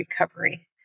recovery